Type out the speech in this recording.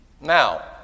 Now